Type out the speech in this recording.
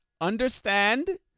Understand